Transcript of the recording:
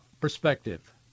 perspective